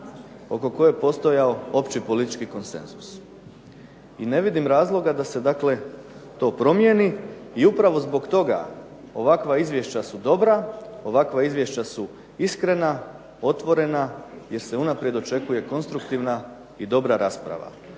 oko koje je postojao opći politički konsenzus. I ne vidim razloga da se dakle to promijeni. I upravo zbog toga ovakva izvješća su dobra, ovakva izvješća su iskrena, otvorena jer se unaprijed očekuje konstruktivna i dobra rasprava.